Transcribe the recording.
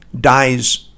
dies